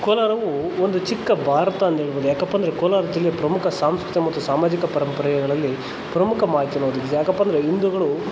ಕೋಲಾರವು ಒಂದು ಚಿಕ್ಕ ಭಾರತ ಅಂದ್ಹೇಳ್ಬೋದು ಯಾಕಪ್ಪ ಅಂದರೆ ಕೋಲಾರ ಜಿಲ್ಲೆ ಪ್ರಮುಖ ಸಾಂಸ್ಕೃತಿಕ ಮತ್ತು ಸಾಮಾಜಿಕ ಪರಂಪರೆಗಳಲ್ಲಿ ಪ್ರಮುಖ ಮಾಹಿತಿಯನ್ನೊದಗಿಸಿದೆ ಯಾಕಪ್ಪ ಅಂದರೆ ಹಿಂದುಗಳು